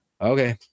Okay